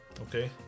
Okay